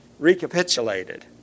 Recapitulated